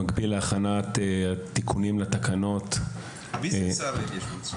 במקביל להכנת התיקונים לתקנות --- מי זה משרד ההתיישבות?